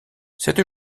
cette